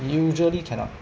usually cannot